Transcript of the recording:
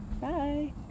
Bye